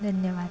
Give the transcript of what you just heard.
धन्यवाद